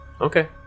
Okay